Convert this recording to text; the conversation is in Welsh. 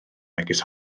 megis